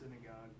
synagogue